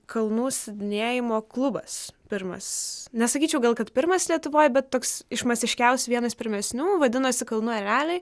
kalnų slidinėjimo klubas pirmas nesakyčiau gal kad pirmas lietuvoje bet toks iš masiškiausių vienas pirmesnių vadinosi kalnų ereliai